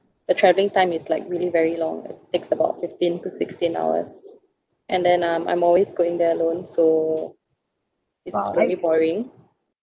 the travelling time is like really very long it takes about fifteen to sixteen hours and then um I'm always going there alone so it's pretty boring